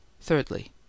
Thirdly